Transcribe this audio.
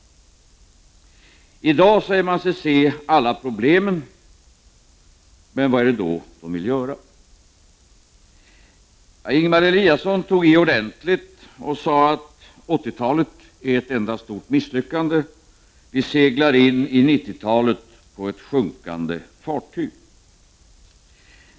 I dag säger man sig se alla problem, men vad är det då som man vill göra? Ingemar Eliasson tog i ordentligt och sade att 80-talet är ett enda stort misslyckande, vi seglar in i 90-talet med ett sjunkande fartyg.